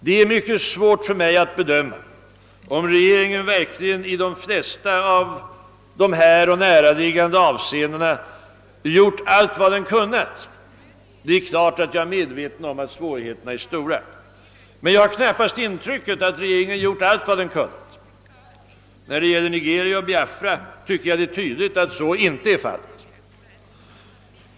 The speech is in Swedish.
Det är mycket svårt för mig att bedöma om regeringen i de flesta av dessa och näraliggande avseenden gjort allt vad den kunnat. Det är klart att jag är medveten om att svårigheterna är stora, men jag har knappast fått det intrycket att regeringen gjort allt vad den kunnat. När det gäller Nigeria och Biafra tycker jag det är tydligt att så inte är fallet.